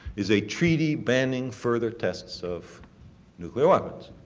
is a treaty banning further tests of nuclear weapons.